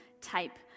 type